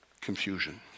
Confusion